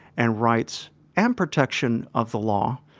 and rights and protection of the law,